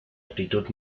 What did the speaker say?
actitud